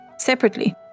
Separately